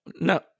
no